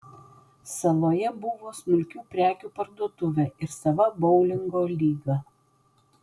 saloje buvo smulkių prekių parduotuvė ir sava boulingo lyga